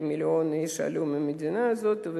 כמיליון איש עלו מהמדינה הזאת,